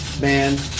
man